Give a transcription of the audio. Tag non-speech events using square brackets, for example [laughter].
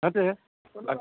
সেইটোৱে [unintelligible]